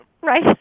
Right